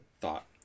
thought